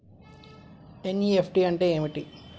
NEFT అంటే ఏమిటీ?